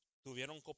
tuvieron